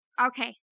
Okay